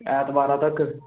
ऐतवारै तगर